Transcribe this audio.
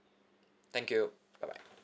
thank you bye bye